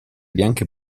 bianche